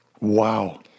Wow